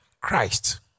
Christ